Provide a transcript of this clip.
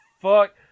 fuck